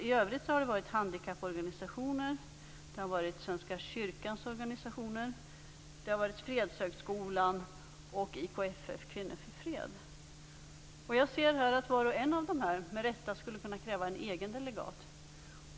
I övrigt har det varit handikapporganisationer, Svenska kyrkans organisationer, fredshögskolan och IKFF, Kvinnor för fred. Var och en av dessa skulle med rätta kunna kräva en egen delegat.